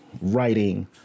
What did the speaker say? writing